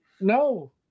No